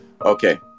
Okay